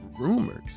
rumors